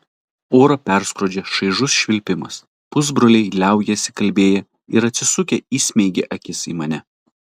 orą perskrodžia šaižus švilpimas pusbroliai liaujasi kalbėję ir atsisukę įsmeigia akis į mane